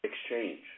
exchange